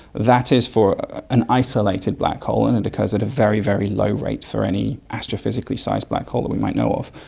that is for an isolated black hole and it occurs at a very, very low rate for any astrophysically sized black hole that we might know off,